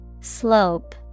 Slope